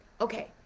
okay